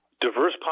Diverse